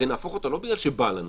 הרי נהפוך אותה לא בגלל שבא לנו,